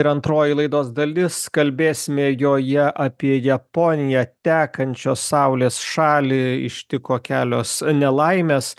ir antroji laidos dalis kalbėsime joje apie japoniją tekančios saulės šalį ištiko kelios nelaimės